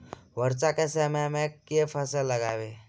वर्षा केँ समय मे केँ फसल लगाबी?